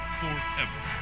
forever